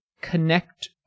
connect